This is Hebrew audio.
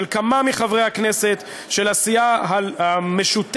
של כמה מחברי הכנסת של הסיעה המשותפת,